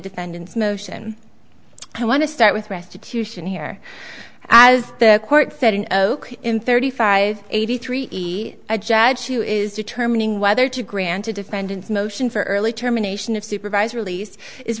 defendants motion i want to start with restitution here as the court said an imp thirty five eighty three a judge who is determining whether to grant a defendant's motion for early terminations of supervised release is